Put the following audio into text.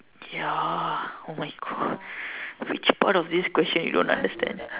ya oh my God which part of this question you don't understand